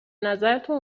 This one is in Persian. نظرتون